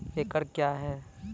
एकड कया हैं?